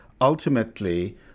ultimately